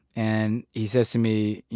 and he says to me, you